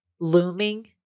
looming